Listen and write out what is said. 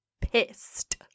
pissed